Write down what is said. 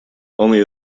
only